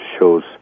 shows